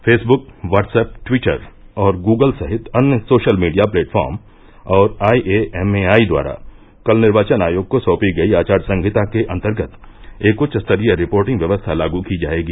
Facebook WhatsApp Twitter और Google सहित अन्य सोशल मीडिया प्लेटफॉर्म और आईएएमएआई द्वारा कल निर्वाचन आयोग को सौंपी गई आचार संहिता के अंतर्गत एक उच्च स्तरीय रिपोर्टिंग व्यवस्था लागू की जाएगी